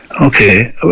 Okay